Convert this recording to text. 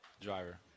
Driver